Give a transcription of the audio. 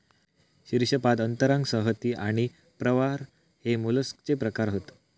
शीर्शपाद अंतरांग संहति आणि प्रावार हे मोलस्कचे प्रकार हत